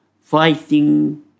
fighting